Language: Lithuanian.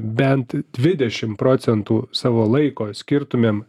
bent dvidešimt procentų savo laiko skirtumėm